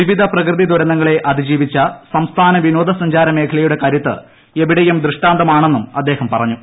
വിവിധ പ്രകൃതി ദുരന്തങ്ങളെ അതിജീവിച്ച സംസ്ഥാന വിനോദ സഞ്ചാരമേഖലയുടെ കരുത്ത് എവിടെയും ദൃഷ്ടാന്തമാണെന്നും അദ്ദേഹം പറഞ്ഞു